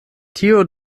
tiu